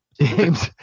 James